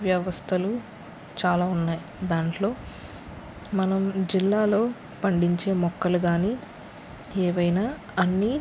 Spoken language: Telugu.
వ్యవస్థలు చాల ఉన్నాయ్ దాంట్లో మనం జిల్లాలో పండించే మొక్కలు గాని ఏవైనా అన్ని